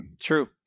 True